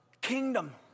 kingdom